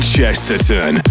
Chesterton